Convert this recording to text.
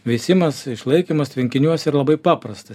veisimas išlaikymas tvenkiniuose yra labai paprastas